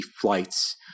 flights